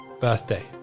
Birthday